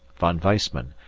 von weissman,